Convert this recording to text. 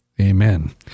Amen